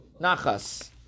nachas